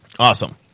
Awesome